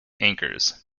anchors